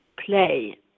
Play